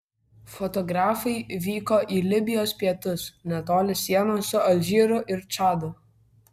fotografai vyko į libijos pietus netoli sienos su alžyru ir čadu